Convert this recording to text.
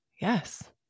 yes